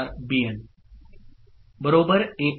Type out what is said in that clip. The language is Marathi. Bn An